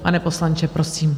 Pane poslanče, prosím.